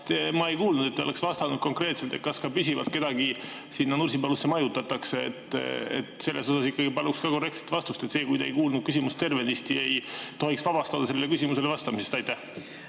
Ma ei kuulnud, et te oleks vastanud konkreetselt, kas ka püsivalt kedagi sinna Nursipalusse majutatakse. Selle kohta ikkagi paluks ka korrektset vastust. See, kui te ei kuulnud küsimust tervenisti, ei tohiks vabastada sellele küsimusele vastamisest. Aitäh,